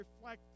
reflect